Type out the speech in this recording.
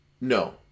no